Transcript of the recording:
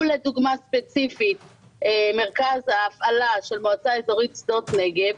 ולדוגמה ספציפית מרכז ההפעלה של מועצה אזורית שדות נגב,